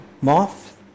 moth